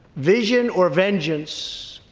vision or vengeance,